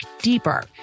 deeper